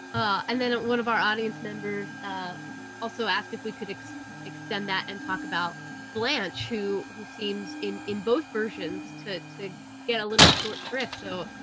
and then one of our audience members also asked if we could extend that and talk about blanche who who seems in in both versions to to get a little short shrift, so,